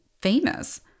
famous